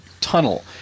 tunnel